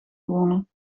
gewonnen